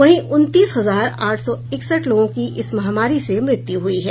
वहीं उनतीस हजार आठ सौ इकसठ लोगों की इस महामारी से मृत्यु हुई है